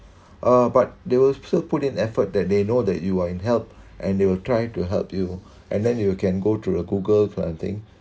uh but they will still put in effort that they know that you are in help and they will try to help you and then you can go through a google for anything